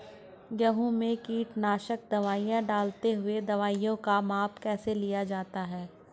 गेहूँ में कीटनाशक दवाई डालते हुऐ दवाईयों का माप कैसे लिया जाता है?